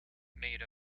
made